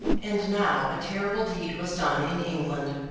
and now, a terrible deed was done in england,